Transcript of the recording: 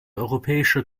europäische